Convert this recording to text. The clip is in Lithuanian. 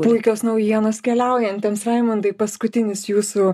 puikios naujienos keliaujantiems raimundai paskutinis jūsų